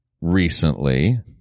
recently